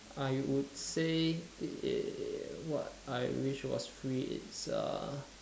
I would say it it what I wished was free is a